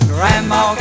Grandma